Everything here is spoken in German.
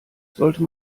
sollte